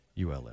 ULM